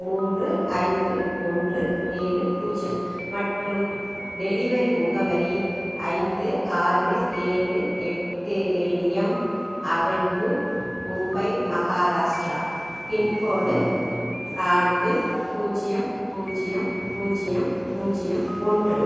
மூன்று ஐந்து ஒன்று ஏழு பூஜ்ஜியம் மற்றும் டெலிவரி முகவரி ஐந்து ஆறு ஏழு எட்டு L M avenue Mumbai Maharashtra pincode நான்கு பூஜ்ஜியம் பூஜ்ஜியம் பூஜ்ஜியம் பூஜ்ஜியம் ஒன்று